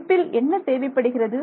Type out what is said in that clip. அமைப்பில் என்ன தேவைப்படுகிறது